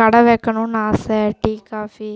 கடை வைக்கணுன்னு ஆசை டீ காஃபி